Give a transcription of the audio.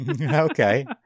Okay